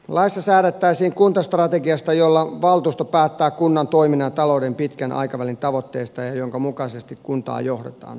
laissa säädettäisiin kuntastrategiasta jolla valtuusto päättää kunnan toiminnan ja talouden pitkän aikavälin tavoitteista ja jonka mukaisesti kuntaa johdetaan